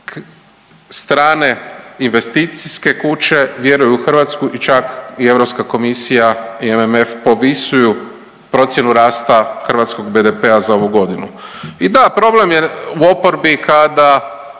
strane investicijske kuće vjeruju u Hrvatskoj i čak i Europska komisija i MMF povisuju procjenu rasta hrvatskog BDP-a za ovu godinu. I da problem je u oporbi kada